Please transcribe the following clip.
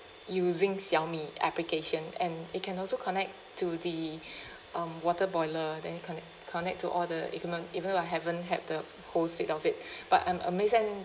using xiaomi application and it can also connect to the um water boiler then it connect connect to all the equipment even though I haven't have the whole set of it but I'm amazed and